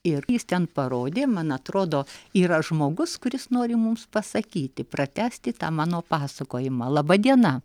ir jis ten parodė man atrodo yra žmogus kuris nori mums pasakyti pratęsti tą mano pasakojimą laba diena